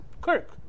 Kirk